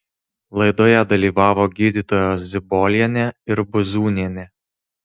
laidoje dalyvavo gydytojos zibolienė ir buzūnienė